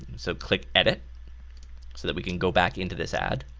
so click edit so that we can go back into this ad,